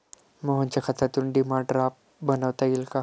मोहनच्या खात्यातून demand draft बनवता येईल का?